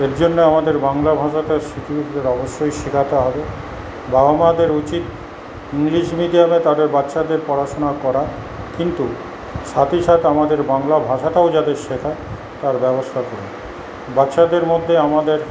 এর জন্য আমাদের বাংলা ভাষাটা শিশুদের অবশ্যই শেখাতে হবে বাবা মাদের উচিত ইংলিশ মিডিয়ামে তাদের বাচ্চাদের পড়াশোনা করাক কিন্তু সাথে সাথে আমাদের বাংলা ভাষাটাও যাতে শেখায় তার ব্যবস্থা করুন বাচ্চাদের মধ্যে আমাদের